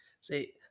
See